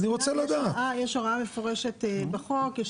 יש הוראה מפורשת בחוק,